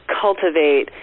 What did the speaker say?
cultivate